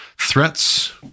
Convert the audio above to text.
threats